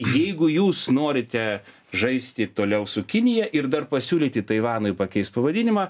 jeigu jūs norite žaisti toliau su kinija ir dar pasiūlyti taivanui pakeist pavadinimą